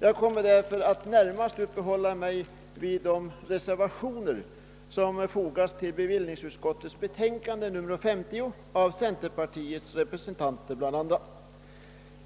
Jag kommer därför närmast att uppehålla mig vid de reservationer som av bland andra centerpartiets representanter fogats till bevillningsutskottets betänkande nr 50.